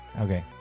okay